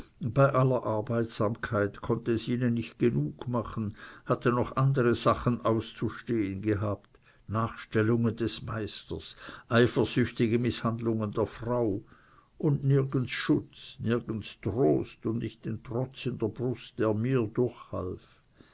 bei aller arbeitsamkeit konnte es ihnen nicht genug machen hatte noch andere sachen auszustehen gehabt nachstellungen des meisters eifersüchtige mißhandlungen der frau und nirgends schutz nirgends trost und nicht den trotz in der brust der mir durchhalf